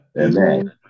Amen